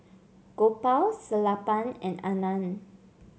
Gopal Sellapan and Anand